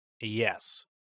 Yes